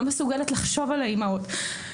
לא מסוגלת לחשוב על האימהות,